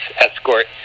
escort